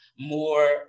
more